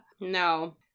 no